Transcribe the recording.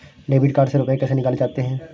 Debit card से रुपये कैसे निकाले जाते हैं?